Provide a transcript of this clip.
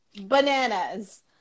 bananas